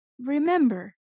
Remember